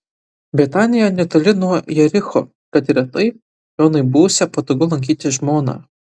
betanija netoli nuo jericho kad ir retai jonui būsią patogu lankyti žmoną